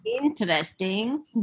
Interesting